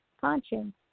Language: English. Conscience